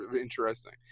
interesting